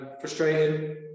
frustrating